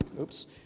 oops